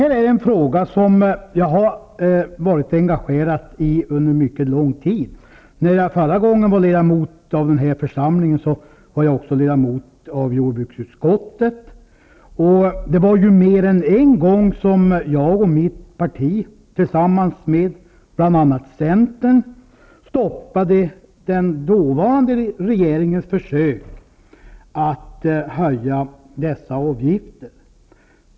Detta är en fråga som jag har varit engagerad i under mycket lång tid. När jag förra gången var ledamot av denna församling var jag också ledamot av jordbruksutskottet. Det var mer än en gång som jag och mitt parti tillsammans med bl.a. centern stoppade den dåvarande regeringens försök att höja dessa avgifter.